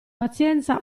pazienza